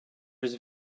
his